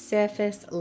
Surface